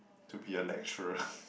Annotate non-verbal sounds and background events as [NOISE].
to be a lecturer [LAUGHS]